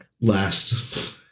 last